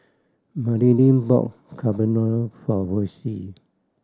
Madilynn bought Carbonara for Versie